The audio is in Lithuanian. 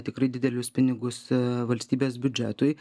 tikrai didelius pinigus valstybės biudžetui